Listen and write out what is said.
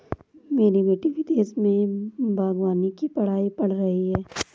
मेरी बेटी विदेश में बागवानी की पढ़ाई पढ़ रही है